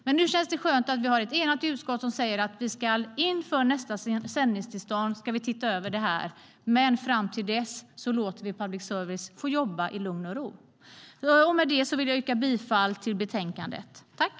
Men nu känns det skönt att vi har ett enat utskott som säger att vi ska se över detta inför nästa sändningstillstånd, men fram till dess låter vi public service jobba i lugn och ro. Med detta vill jag yrka bifall till utskottets förslag.